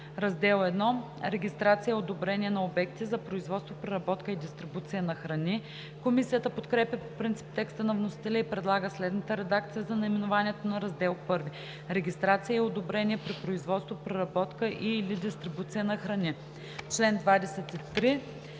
„Раздел I – Регистрация и одобрение на обекти за производство, преработка и дистрибуция на храни“. Комисията подкрепя по принцип текста на вносителя и предлага следната редакция за наименованието на Раздел I: „Регистрация и одобрение при производство, преработка и/или дистрибуция на храни“.